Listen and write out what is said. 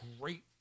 great